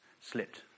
slipped